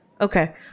okay